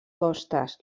costes